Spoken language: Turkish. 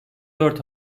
dört